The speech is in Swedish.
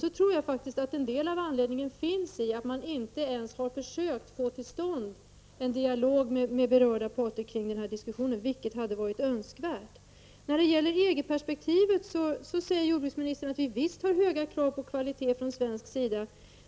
Jag tror att en del av bakgrunden till den är att man inte ens har försökt att få till stånd en dialog med berörda parter i detta sammanhang, vilket hade varit önskvärt. När det gäller EG-perspektivet säger jordbruksministern att vi visst har höga krav på kvalitet från svensk sida.